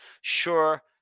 Sure